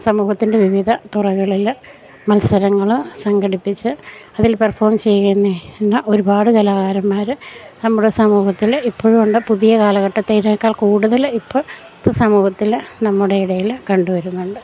സമൂഹത്തിൻ്റെ വിവിധ തുറകളിൽ മത്സരങ്ങൾ സംഘടിപ്പിച്ച് അതിൽ പെർഫോം ചെയ്യുന്നത് എന്ന ഒരുപാട് കലാകാരന്മാർ നമ്മുടെ സമൂഹത്തിൽ ഇപ്പോഴും ഉണ്ട് പുതിയ കാലഘട്ടത്തെയേക്കാൾ കൂടുതൽ ഇപ്പം സമൂഹത്തിൽ നമ്മുടെ ഇടയിൽ കണ്ടു വരുന്നുണ്ട്